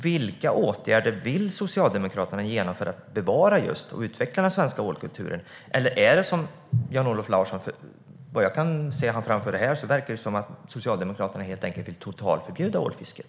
Vilka åtgärder vill Socialdemokraterna vidta för att bevara och utveckla den svenska ålkulturen? Vad jag kan se av det Jan-Olof Larsson framför här verkar det som att Socialdemokraterna helt enkelt vill totalförbjuda ålfisket.